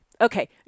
Okay